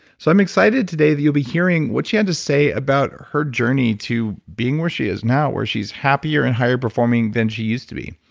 so i'm excited today that you'll be hearing what she had to say about her journey to being where she is now, where she's happier and higher performing than she used to be.